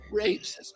racism